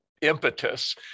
impetus